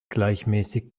gleichmäßig